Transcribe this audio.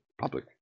Public